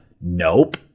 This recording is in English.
Nope